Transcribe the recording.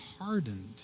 hardened